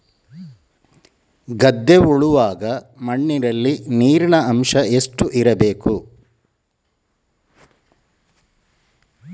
ಗದ್ದೆ ಉಳುವಾಗ ಮಣ್ಣಿನಲ್ಲಿ ನೀರಿನ ಅಂಶ ಎಷ್ಟು ಇರಬೇಕು?